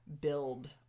build